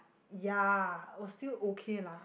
ya oh still okay lah